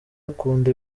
akunda